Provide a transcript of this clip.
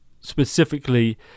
specifically